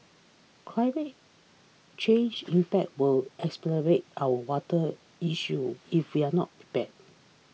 climate change impact will exacerbate our water issues if we are not prepared